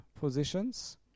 positions